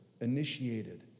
initiated